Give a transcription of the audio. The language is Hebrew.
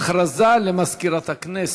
הודעה למזכירת הכנסת.